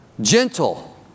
gentle